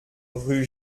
rue